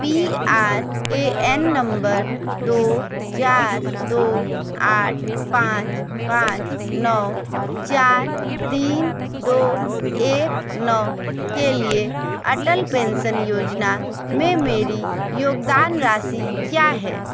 P R A N number दो चार दो आठ पाँच पाँच नौ चार तीन दो एक नौ के लिए अटल पेंशन योजना में मेरी योगदान राशि क्या है